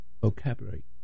vocabulary